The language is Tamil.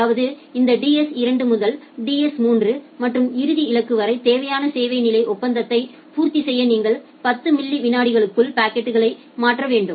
அதாவது இந்த டிஎஸ் 2 முதல் டிஎஸ் 3 மற்றும் இறுதி இலக்கு வரை தேவையான சேவை நிலை ஒப்பந்தத்தை பூர்த்தி செய்ய நீங்கள் 10 மில்லி விநாடிகளுக்குள் பாக்கெட்களை மாற்ற வேண்டும்